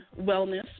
wellness